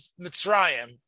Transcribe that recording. Mitzrayim